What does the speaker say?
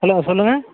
hello சொல்லுங்கள்